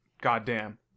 goddamn